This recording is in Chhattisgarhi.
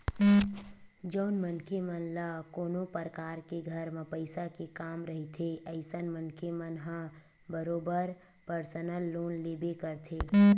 जउन मनखे मन ल कोनो परकार के घर म पइसा के काम रहिथे अइसन मनखे मन ह बरोबर परसनल लोन लेबे करथे